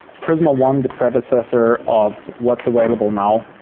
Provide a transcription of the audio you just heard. prisma one, the predecessor of what's available now,